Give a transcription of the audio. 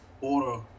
order